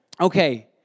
Okay